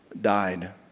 died